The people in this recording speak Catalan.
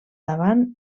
davant